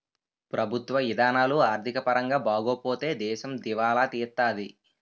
ప్రభుత్వ ఇధానాలు ఆర్థిక పరంగా బాగోపోతే దేశం దివాలా తీత్తాది